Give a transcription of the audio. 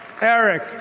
Eric